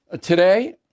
today